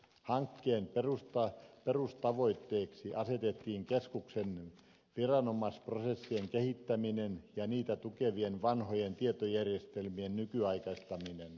hankkeen perustavoitteeksi asetettiin keskuksen viranomaisprosessien kehittäminen ja niitä tukevien vanhojen tietojärjestelmien nykyaikaistaminen